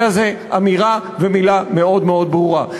הזה אמירה ומילה מאוד מאוד ברורה.